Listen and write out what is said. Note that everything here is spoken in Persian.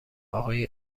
آقای